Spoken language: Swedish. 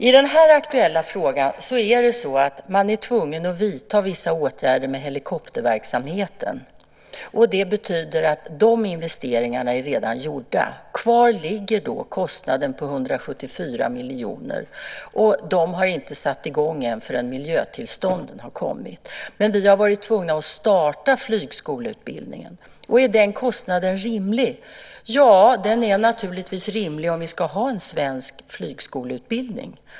I den här aktuella frågan är man tvungen att vidta vissa åtgärder med helikopterverksamheten, och det betyder att de investeringarna redan är gjorda. Kvar ligger kostnaden om 174 miljoner, där man inte sätter i gång förrän miljötillstånd har kommit. Vi har dock varit tvungna att starta flygskoleutbildning. Är då den kostnaden rimlig? Ja, den är naturligtvis rimlig om vi ska ha en svensk flygskoleutbildning.